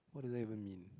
what does that even mean